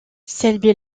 selby